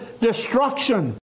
destruction